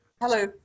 Hello